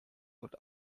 und